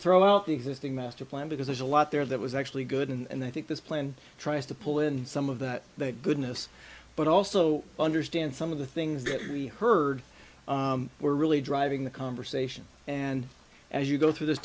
throw out the existing master plan because there's a lot there that was actually good and i think this plan tries to pull in some of that goodness but also understand some of the things that we heard were really driving the conversation and as you go through this